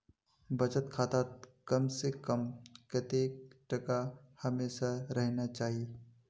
बचत खातात कम से कम कतेक टका हमेशा रहना चही?